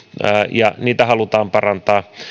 ja niitä halutaan parantaa